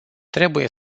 trebuie